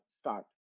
start